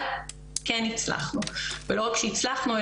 אבל כן הצלחנו ולא רק שהצלחנו,